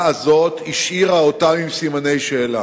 הזאת השאירה אותם עם סימני שאלה.